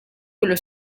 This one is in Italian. quello